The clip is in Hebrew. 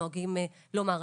נוהגים לומר עליו,